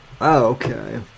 Okay